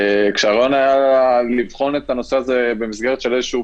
כשהרעיון היה לבחון את הנושא הזה במסגרת של איזשהו